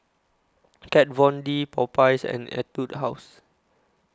Kat Von D Popeyes and Etude House